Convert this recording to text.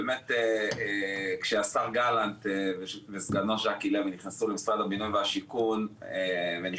באמת כשהשר גלנט וסגנו ז'קי לוי נכנסו למשרד הבינוי והשיכון ונכנסתי